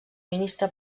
ministre